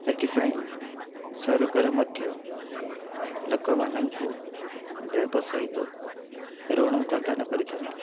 ଏଥିପାଇଁ ସରକାର ମଧ୍ୟ ଲୋକମାନଙ୍କୁ ବ୍ୟବସାୟିକ ଋଣ ପ୍ରଦାନ କରିଥାନ୍ତି